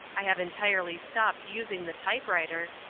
i have entirely stopped using the typewriter,